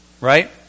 right